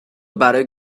برای